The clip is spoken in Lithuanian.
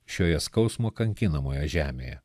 šioje skausmo kankinamoje žemėje